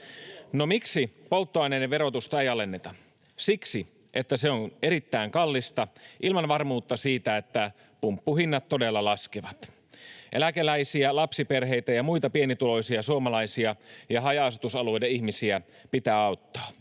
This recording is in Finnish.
miksi polttoaineiden verotusta ei alenneta? Siksi, että se on erittäin kallista ilman varmuutta siitä, että pumppuhinnat todella laskevat. Eläkeläisiä, lapsiperheitä ja muita pienituloisia suomalaisia ja haja-asutusalueiden ihmisiä pitää auttaa.